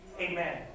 Amen